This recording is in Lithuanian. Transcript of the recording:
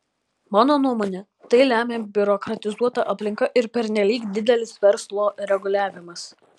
mano nuomone tai lemia biurokratizuota aplinka ir pernelyg didelis verslo reguliavimas